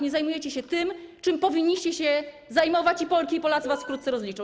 Nie zajmujecie się tym, czym powinniście się zajmować, i Polki i Polacy was wkrótce rozliczą.